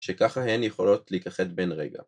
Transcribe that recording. ‫שככה הן יכולות להיכחד בין רגע.